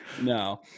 no